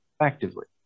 effectively